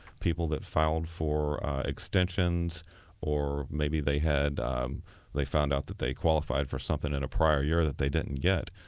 people that filed for extensions or maybe they had they found out that they qualified for something in a prior year that they didn't get,